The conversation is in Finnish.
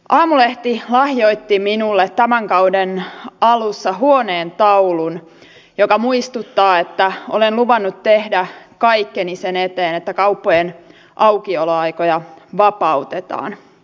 aamulehti lahjoitti minulle tämän kauden alussa huoneentaulun joka muistuttaa että olen luvannut tehdä kaikkeni sen eteen että kauppojen aukioloaikoja vapautetaan